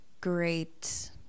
great